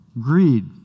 Greed